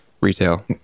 Retail